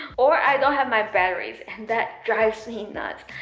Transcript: or i don't have my batteries. and that drives me nuts!